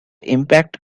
impact